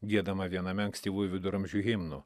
giedama viename ankstyvųjų viduramžių himnų